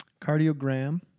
cardiogram